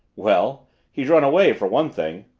well he's run away, for one thing.